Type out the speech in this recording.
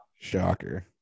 shocker